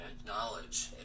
acknowledge